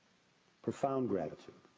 profound gratitude.